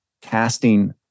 casting